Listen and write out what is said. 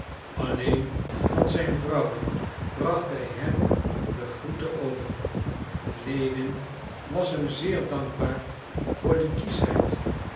alleen van zijn vrouw bracht hij hem de groete over lewin was hem zeer dankbaar voor die kieschheid